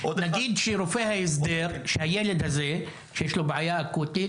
נגיד שרופא ההסדר, שהילד הזה שיש לו בעיה אקוטית,